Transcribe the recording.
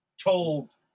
told